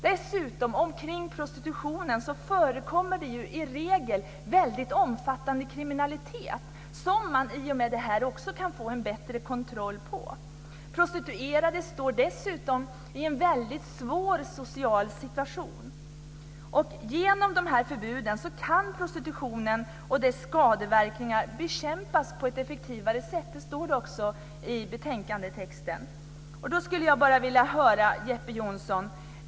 Dessutom förekommer i regel omkring prostitutionen omfattande kriminalitet som man i och med vårt förslag kan få en bättre kontroll över. Prostituerade befinner sig i en svår social situation. Genom förbuden kan prostitutionen och dess skadeverkningar bekämpas på ett effektivare sätt. Det står också i betänkandetexten.